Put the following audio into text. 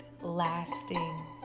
lasting